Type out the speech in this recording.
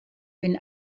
wenn